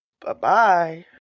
Bye-bye